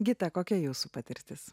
gita kokia jos patirtis